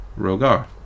Rogar